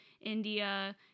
India